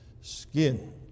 skin